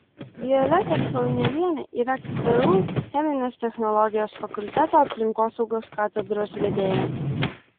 violeta kaunelienė yra ktu cheminės technologijos fakulteto aplinkosaugos katedros vedėja